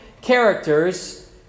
characters